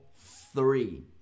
three